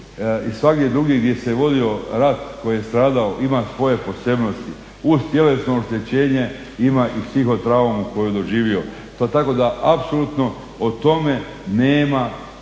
i svagdje drugdje gdje se vodio rat tko je stradao ima svoje posebnosti uz tjelesno oštećenje ima i psihotraumu koju je doživio. Tako da apsolutno po tome nema